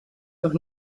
noch